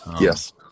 Yes